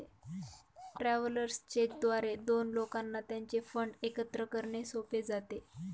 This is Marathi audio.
ट्रॅव्हलर्स चेक द्वारे दोन लोकांना त्यांचे फंड एकत्र करणे सोपे जाते